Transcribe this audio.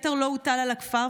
כתר לא הוטל על הכפר,